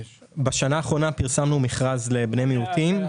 בשנה האחרונה פרסמנו מכרז לבני מיעוטים,